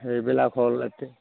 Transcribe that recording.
সেইবিলাক হ'ল এতিয়া